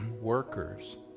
workers